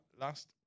last